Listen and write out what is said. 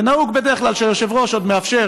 ונהוג בדרך כלל שהיושב-ראש עוד מאפשר